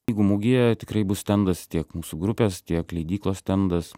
knygų mugėje tikrai bus stendas tiek mūsų grupės tiek leidyklos stendas